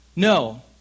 No